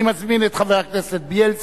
אני מזמין את חבר הכנסת זאב בילסקי,